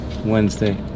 Wednesday